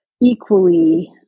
equally